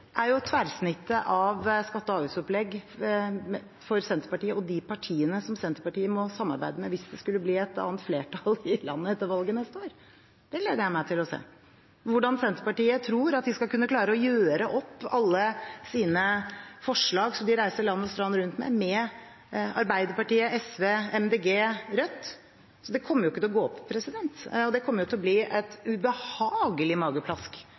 er tverrsnittet av skatte- og avgiftsopplegg for Senterpartiet og de partiene som Senterpartiet må samarbeide med hvis det skulle bli et annet flertall i landet etter valget neste år. Jeg gleder meg til å se hvordan Senterpartiet tror at de skal kunne klare å gjøre opp alle sine forslag som de reiser land og strand rundt med, med Arbeiderpartiet, SV, Miljøpartiet De Grønne og Rødt. Det kommer jo ikke til å gå opp, og det kommer til å bli et ubehagelig mageplask